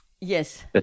Yes